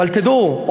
אבל תדעו,